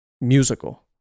musical